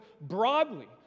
broadly